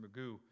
Magoo